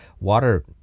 water